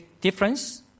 difference